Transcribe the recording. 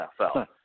NFL